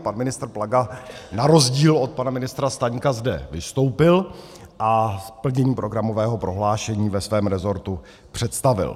Pan ministr Plaga na rozdíl od pana ministra Staňka zde vystoupil a plnění programového prohlášení ve svém rezortu představil.